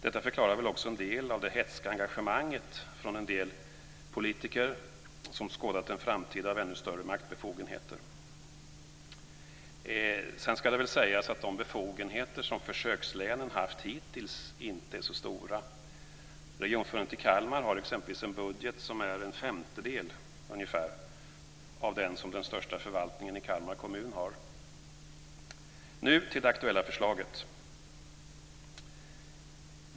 Detta förklarar väl också en del av det hätska engagemanget från en del politiker som skådat en framtid av ännu större maktbefogenheter. Sedan ska det väl sägas att de befogenheter som försökslänen har haft hittills inte är så stora. Regionförbundet i Kalmar har exempelvis en budget som är ungefär en femtedel av den som den största förvaltningen i Kalmar kommun har. Nu till det aktuella förslaget.